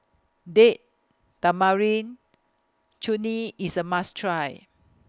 Date Tamarind Chutney IS A must Try